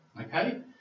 Okay